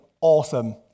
awesome